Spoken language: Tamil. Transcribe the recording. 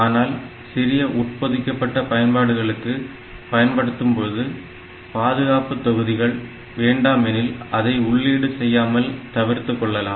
ஆனால் சிறிய உட்பொதிக்கப்பட்ட பயன்பாடுகளுக்கு பயன்படுத்தும்போது பாதுகாப்பு தொகுதிகள் வேண்டாம் எனில் அதை உள்ளீடு செய்யாமல் தவிர்த்துக் கொள்ளலாம்